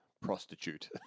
prostitute